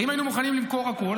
הרי אם היינו מוכנים למכור הכול,